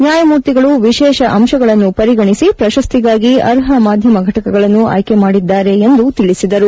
ನ್ಯಾಯಮೂರ್ತಿಗಳು ವಿಶೇಷ ಅಂಶಗಳನ್ನು ಪರಿಗಣಿಸಿ ಪ್ರಶಸ್ತಿಗಾಗಿ ಅರ್ಪ ಮಾಧ್ಯಮ ಘಟಕಗಳನ್ನು ಆಯ್ಕೆ ಮಾಡಿದ್ದಾರೆ ಎಂದು ತಿಳಿಸಿದರು